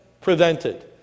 prevented